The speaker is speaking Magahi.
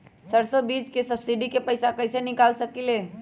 सरसों बीज के सब्सिडी के पैसा कईसे निकाल सकीले?